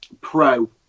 pro